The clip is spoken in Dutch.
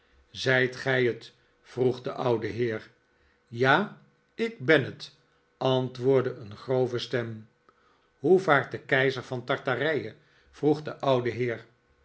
zijt gij het vroeg de oude heer ja ik ben het antwoordde een grove stem hoe vaart de keizer van tartarije vroeg de oude heer